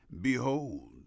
Behold